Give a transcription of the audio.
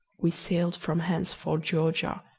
we sailed from hence for georgia,